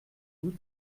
août